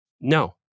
No